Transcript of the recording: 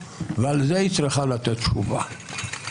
היא אשררה את האמנות על זכויות אזרחיות פוליטיות